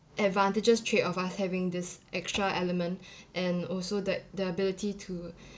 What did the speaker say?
advantageous trait of us having this extra element and also the the ability to